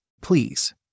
Please